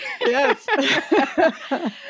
Yes